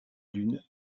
l’une